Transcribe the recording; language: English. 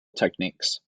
techniques